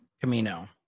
Camino